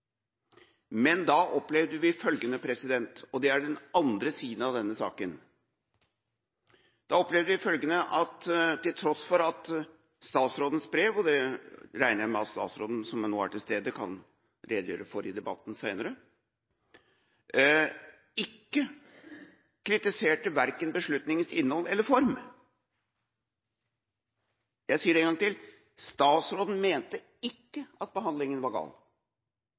men da opplevde vi følgende – og det er den andre siden av denne saken: Statsrådens brev – og det regner jeg med at statsråden, som nå er til stede, kan redegjøre for i debatten senere – kritiserte verken beslutningas innhold eller form. Jeg sier det en gang til: Statsråden mente ikke at behandlinga var gal,